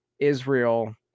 Israel